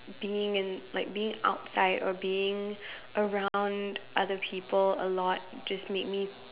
being in like being outside or being around other people a lot just made me